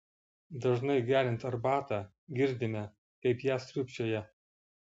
dažnai geriant arbatą girdime kaip ją sriubčioja